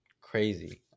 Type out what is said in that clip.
crazy